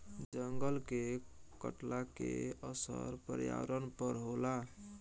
जंगल के कटला के असर पर्यावरण पर होला